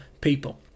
people